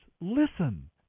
listen